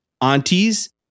aunties